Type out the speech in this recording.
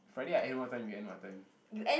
Friday I end what time you end what time